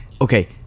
okay